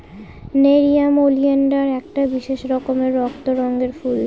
nerium oleander একটা বিশেষ রকমের রক্ত রঙের ফুল